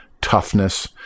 toughness